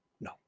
no